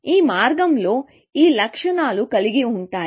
ఈ మార్గంలో ఈ లక్షణాలు కలిగి ఉంటాయి